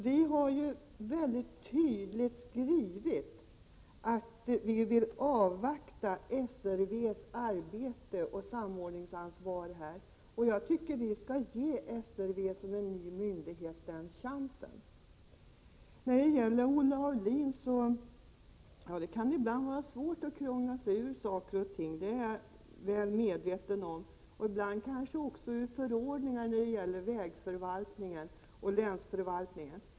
Vi har ju mycket tydligt skrivit att vi vill avvakta SRV:s arbete och samordningsansvar. Jag tycker att vi skall ge SRV som en ny myndighet denna chans. Jag är mycket väl medveten om att det ibland kan vara svårt att krångla sig ur saker och ting, Olle Aulin. Detta kan också gälla i fråga om förordningar som rör vägförvaltningen och länsförvaltningen.